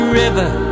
river